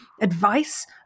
Advice